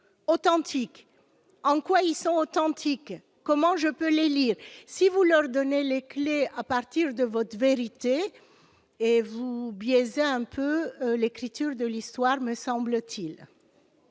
authentiques, en quoi ils sont authentiques, comment je peux les lire, si vous leur donner les clés à partir de votre vérité et vous biaisé un peu l'écriture de l'histoire, me semble-t-il.